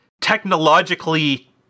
technologically